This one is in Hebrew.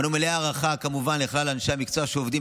אנו מלאי הערכה כמובן לכלל אנשי המקצוע שעובדים